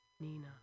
Nina